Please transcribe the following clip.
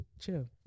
Chill